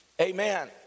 Amen